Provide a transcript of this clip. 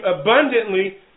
abundantly